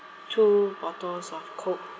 two bottles of coke